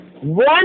one